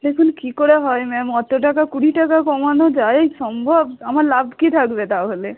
দেখুন কী করে হয় ম্যাম অত টাকা কুড়ি টাকা কমানো যায় সম্ভব আমার লাভ কী থাকবে তাহলে